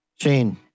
Shane